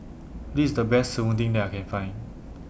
This IS The Best Serunding that I Can Find